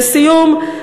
לסיום,